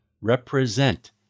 represent